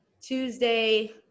tuesday